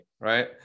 right